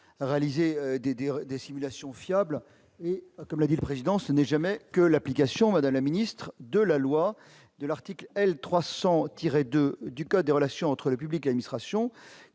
dires des simulations fiables, comme l'a dit le président, ce n'est jamais que l'application Madame la Ministre de la loi de l'article L. 302 du côté des relations entre le public à Nice rations